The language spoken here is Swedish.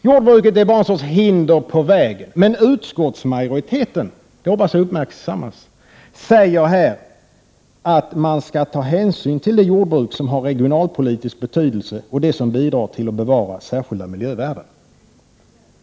Jordbruket är bara ett slags hinder på vägen, men utskottsmajoriteten — det hoppas jag blir uppmärksammat — säger att man skall ta hänsyn till det jordbruk som har regionalpolitisk betydelse och det som bidrar till att bevara särskilda miljövärden.